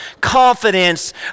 confidence